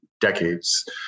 decades